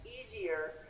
easier